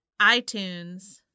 iTunes